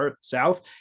South